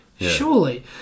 surely